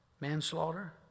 manslaughter